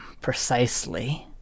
Precisely